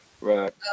Right